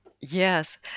Yes